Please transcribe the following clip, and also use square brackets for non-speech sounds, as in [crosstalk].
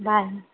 [unintelligible]